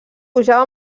pujava